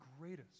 greatest